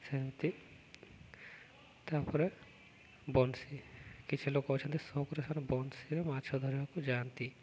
ସେମିତି ତା'ପରେ ବନସି କିଛି ଲୋକ ଅଛନ୍ତି ସଉକରେ ସେମାନେ ବନସିରେ ମାଛ ଧରିବାକୁ ଯାଆନ୍ତି